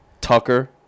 Tucker